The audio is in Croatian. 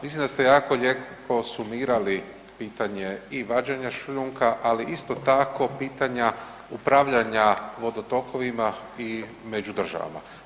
Mislim da ste jako lijepo sumirali pitanje i vađenja šljunka, ali isto tako, pitanja upravljanja vodotokovima među državama.